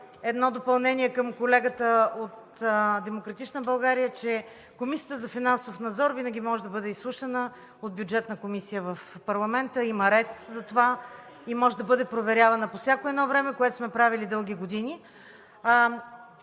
едно допълнение към колегата от „Демократична България“, че Комисията за финансов надзор винаги може да бъде изслушана от Бюджетната комисия в парламента – има ред за това, и може да бъде проверявана по всяко едно време, което сме правили дълги години.